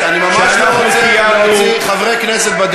חבר הכנסת.